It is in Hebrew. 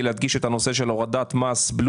להדגיש את הורדת את נושא הורדת מס בלו